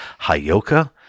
Hayoka